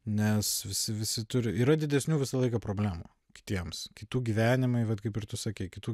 nes visi visi turi yra didesnių visą laiką problemų kitiems kitų gyvenimai vat kaip ir tu sakei kitų